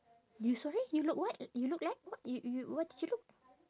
you sorry you look what you look like what you you what did you do